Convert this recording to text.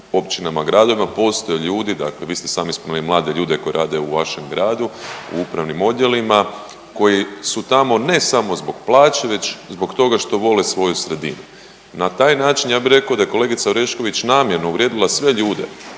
općinama, gradovima postoje ljudi, dakle vi ste sami spomenuli mlade ljude koji rade u vašem gradu, u upravnim odjelima koji su tamo ne samo zbog plaće već zbog toga što vole svoju sredinu. Na taj način ja bih rekao da je kolegica Orešković namjerno uvrijedila sve ljude,